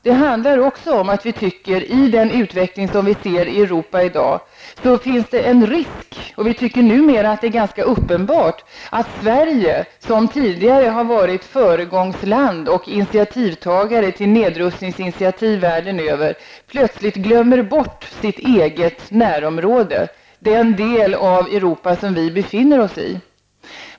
Den handlar också om att vi tycker att det, med den utveckling som vi ser i Europa i dag, finns en risk -- vi tycker numera att det är ganska uppenbart -- att Sverige som tidigare har varit föregångsland och initiativtagare i nedrustningssammanhang världen över, plötsligt glömmer bort sitt eget närområde, den del av Europa som vi befinner oss i.